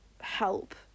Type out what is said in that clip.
help